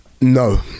no